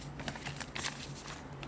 oh my god 半年 liao leh 你